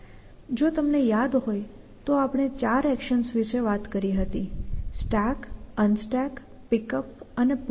જો તમને યાદ હોય તો આપણે 4 એકશન્સ વિશે વાત કરી Stack Unstack PickUp અને PutDown